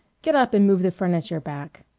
get up and move the furniture back.